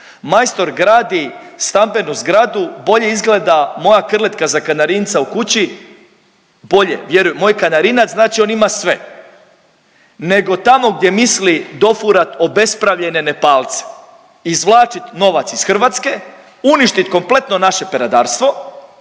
Majstor gradi stambenu zgradu, bolje izgleda moja krletka za kanarinca u kući, bolje, vjeruj. Moj kanarinac, znači on ima sve nego tamo gdje misli dofurat obespravljene Nepalce. Izvlačit novac iz Hrvatske, uništit kompletno naše peradarstvo,